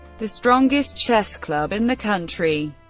the strongest chess club in the country.